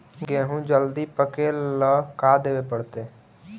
गेहूं जल्दी पके ल का देबे पड़तै?